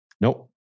Nope